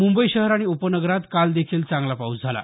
मुंबई शहर आणि उपनगरात कालदेखील चांगला पाऊस झाला